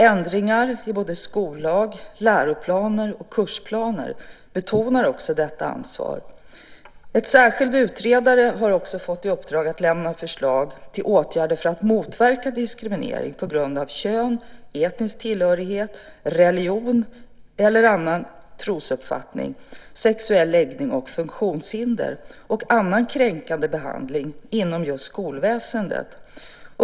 Ändringar i skollag, läroplaner och kursplaner betonar också detta ansvar. En särskild utredare har fått regeringens uppdrag att lämna förslag till åtgärder för att motverka diskriminering på grund av kön, etnisk tillhörighet, religion eller annan trosuppfattning, sexuell läggning och funktionshinder och annan kränkande behandling inom skolväsendet .